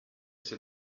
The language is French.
c’est